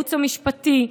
לייעוץ המשפטי,